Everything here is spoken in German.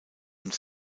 und